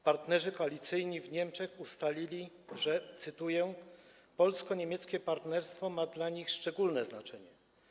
Partnerzy koalicyjni w Niemczech ustalili, że - cytuję - polsko-niemieckie partnerstwo ma dla nich szczególne znaczenie.